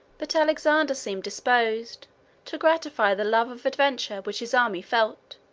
but alexander seemed disposed to gratify the love of adventure which his army felt,